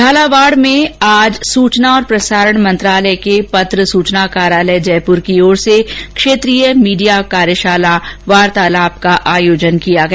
झालावाड में आज सूचना और प्रसारण मंत्रालय के पत्र सूचना कार्यालय जयपुर की ओर से क्षेत्रीय मीडिया कार्यशाला वार्तालाप का आयोजन किया गया